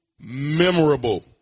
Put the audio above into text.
memorable